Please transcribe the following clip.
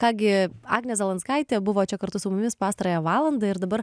ką gi agnė zalanskaitė buvo čia kartu su mumis pastarąją valandą ir dabar